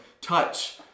touch